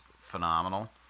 phenomenal